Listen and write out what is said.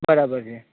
બરાબર છે